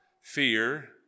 fear